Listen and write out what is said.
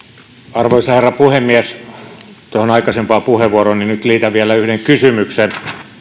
arvoisa herra puhemies tuohon aikaisempaan puheenvuorooni nyt liitän vielä yhden kysymyksen